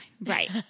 Right